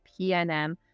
PNM